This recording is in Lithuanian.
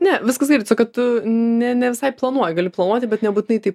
ne viskas gerai tiesiog kad tu ne ne visai planuoji gali planuoti bet nebūtinai taip